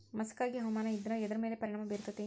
ಮಸಕಾಗಿ ಹವಾಮಾನ ಇದ್ರ ಎದ್ರ ಮೇಲೆ ಪರಿಣಾಮ ಬಿರತೇತಿ?